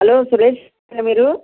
hello Suresh ఏనా మీరు